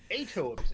Ato